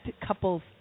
couples